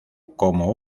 como